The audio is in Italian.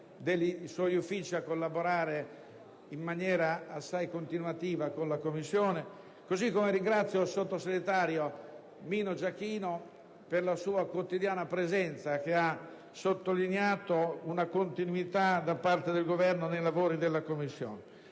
suoi Uffici a collaborare in maniera continuativa con la Commissione; ringrazio altresì il sottosegretario Giachino per la sua quotidiana presenza, che ha sottolineato una continuità da parte del Governo nei lavori della Commissione.